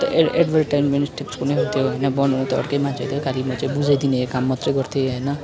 अन्त एड एड्भर्टिजमेन्टको होइन बनाउँदा अर्कै मान्छे थियो खालि म चाहिँ बुझाइदिने काम मात्रै गर्थेँ होइन